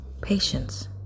patience